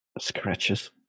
Scratches